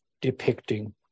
depicting